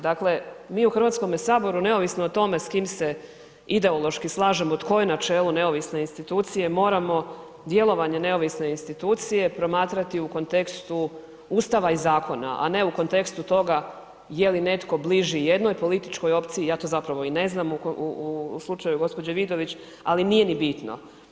Dakle, mi u HS neovisno o tome s kim se ideološki slažemo, tko je na čelu neovisne institucije, moramo djelovanje neovisne institucije promatrati u kontekstu Ustava i zakona, a ne u kontekstu toga je li netko bliži jednoj političkoj opciji, ja to zapravo i ne znam u slučaju gđe. Vidović, ali nije ni bitno.